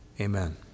Amen